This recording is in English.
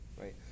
right